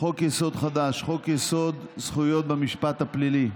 חוק-יסוד חדש, חוק-יסוד: זכויות במשפט הפלילי,